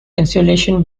insulation